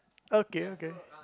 okay okay